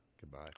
goodbye